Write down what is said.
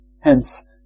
Hence